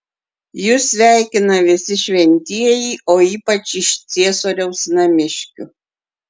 jus sveikina visi šventieji o ypač iš ciesoriaus namiškių